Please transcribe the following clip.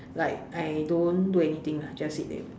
like I don't do anything lah just sit there